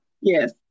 yes